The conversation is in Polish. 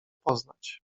poznać